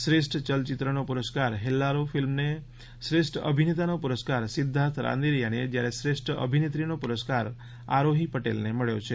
શ્રેષ્ઠ યલચિત્રનો પુરસ્કાર હેલ્લારો ફિલ્મને શ્રેષ્ઠ અભિનેતાનો પુરસ્કાર સિધ્ધાર્થ રાંદેરીયાને જ્યારે શ્રેષ્ઠ અભિનેત્રીનો પુરસ્કાર આરોહી પટેલને મબ્યો છે